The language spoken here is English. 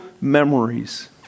memories